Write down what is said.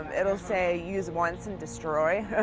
um it will say, use once and destroy. ah